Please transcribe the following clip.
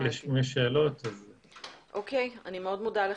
אני מאוד מודה לך,